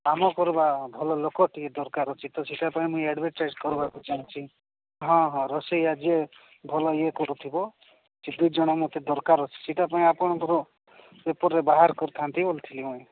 କାମ କରିବା ଭଲ ଲୋକ ଟିକେ ଦରକାର ଅଛି ତ ସେଇଥିପାଇଁ ମୁଁ ଆଡଭରଟାଇଜ କରିବାକୁ ଚାହୁଁଛି ହଁ ହଁ ରୋଷେଇ ଆଜିଏ ଭଲ ଇଏ କରୁଥିବ ସେ ଦୁଇ ଜଣ ମୋତେ ଦରକାର ଅଛି ସେଇଟା ପାଇଁ ଆପଣଙ୍କର ପେପରରେ ବାହାର କରିଥାନ୍ତି ବୋଲିଥିଲି ମୁଁ